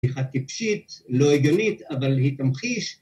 ‫בדיחה טיפשית, לא הגיונית, ‫אבל היא תמחיש.